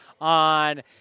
on